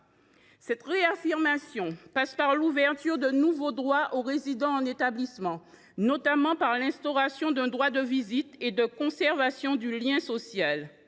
Cette réaffirmation passe par l’ouverture de nouveaux droits aux résidents en établissement, grâce à l’instauration d’un droit de visite et de conservation du lien social,